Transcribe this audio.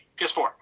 ps4